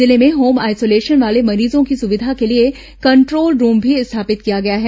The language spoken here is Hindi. जिले में होम आइसोलेशन वाले मरीजों की सविधा के लिए कंट्रोल रूम भी स्थापित किया गया है